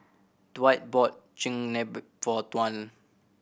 Dwight bought Chigenabe for Tuan